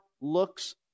looks